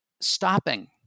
Stopping